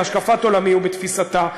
בהשקפת עולמי ובתפיסתה,